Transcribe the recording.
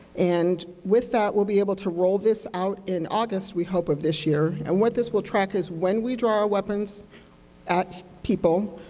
and with that, we'll be able to roll this out in august, we hope, of this year, and what this will track is when we draw our weapons at people,